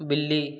बिल्ली